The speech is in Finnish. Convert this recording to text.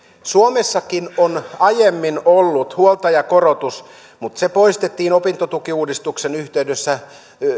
suomessakin on aiemmin ollut huoltajakorotus mutta se poistettiin opintotukiuudistuksen yhteydessä